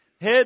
Head